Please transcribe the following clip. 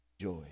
joy